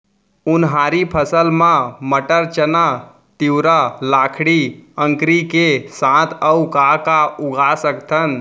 उनहारी फसल मा मटर, चना, तिंवरा, लाखड़ी, अंकरी के साथ अऊ का का उगा सकथन?